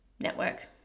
network